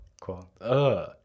Cool